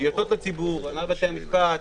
טיוטות לציבור, הנהלת בתי המשפט,